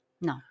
No